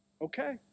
Okay